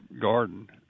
garden